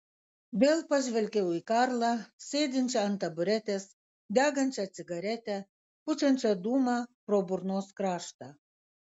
vėl pažvelgiau į karlą sėdinčią ant taburetės degančią cigaretę pučiančią dūmą pro burnos kraštą